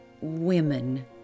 Women